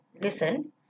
listen